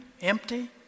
empty